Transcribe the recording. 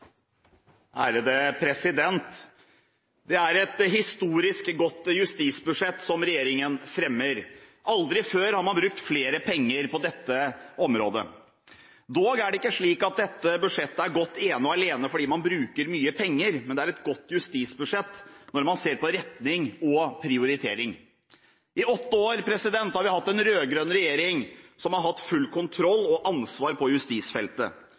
forsvarlig vis. Det er et historisk godt justisbudsjett som regjeringen har lagt fram. Aldri før har man brukt mer penger på dette området. Dog er det ikke slik at dette budsjettet er godt ene og alene fordi man bruker mye penger. Det er et godt justisbudsjett når man ser på retning og prioritering. I åtte har vi hatt en rød-grønn regjering som har hatt full kontroll og ansvar på justisfeltet.